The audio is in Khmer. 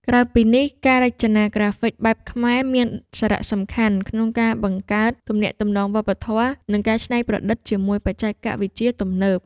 ក្រៅពីនេះ ការរចនាក្រាហ្វិកបែបខ្មែរមានសារៈសំខាន់ក្នុងការបង្កើតទំនាក់ទំនងវប្បធម៌ និងការច្នៃប្រឌិតជាមួយបច្ចេកវិទ្យាទំនើប។